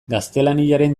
gaztelaniaren